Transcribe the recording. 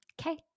Okay